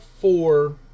four